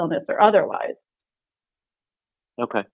illness or otherwise ok